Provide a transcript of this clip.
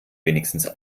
wenigstens